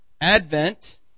Advent